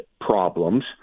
problems